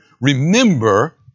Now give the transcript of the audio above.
remember